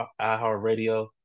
iHeartRadio